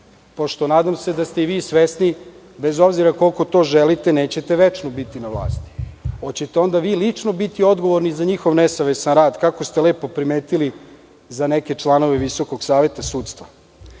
Pošto, nadam se da ste i vi svesni, bez obzira koliko to želite, nećete večno biti na vlasti, hoćete li lično biti odgovorni za njihov nesavesan rad, kako ste lepo primetili za neke članove VSS? Vi uvodite